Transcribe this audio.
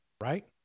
Right